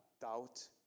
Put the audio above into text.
doubt